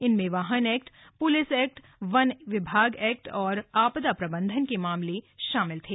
इनमें वाहन act police act वन विभाग एक्ट और आपदा प्रबंधन के मामले शामिल थे